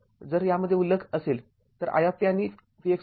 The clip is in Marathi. जर यामध्ये उल्लेख असेल तर i आणि Vxआहे